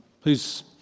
please